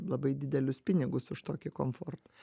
labai didelius pinigus už tokį komfortą